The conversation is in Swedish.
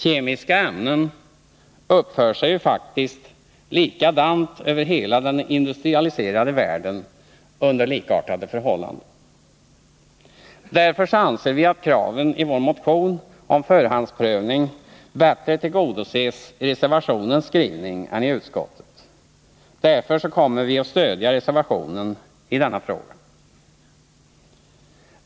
Kemiska ämnen uppför sig ju faktiskt likadant över hela den industrialiserade världen under likartade förhållanden. Därför anser vi att kraven i vår motion om förhandsprövning bättre tillgodoses i reservationens skrivning än i utskottets, och av den anledningen kommer vi att stödja reservationen i denna fråga.